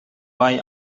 boy